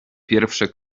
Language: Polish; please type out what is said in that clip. pierwsze